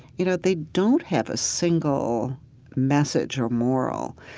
you know, they don't have a single message or moral.